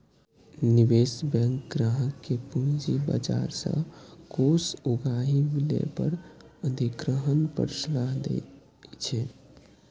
निवेश बैंक ग्राहक कें पूंजी बाजार सं कोष उगाही, विलय आ अधिग्रहण पर सलाह दै छै